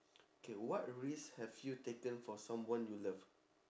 K what risk have you taken for someone you love